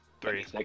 three